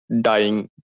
dying